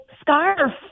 scarf